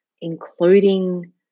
including